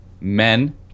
men